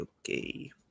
Okay